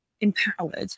empowered